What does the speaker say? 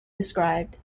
described